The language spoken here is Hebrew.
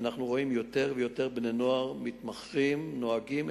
אנחנו רואים יותר ויותר בני-נוער מתמכרים, נוהגים.